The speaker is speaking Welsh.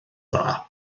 dda